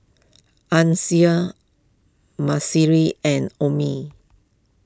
Ancil and Omie